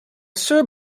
sir